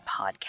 podcast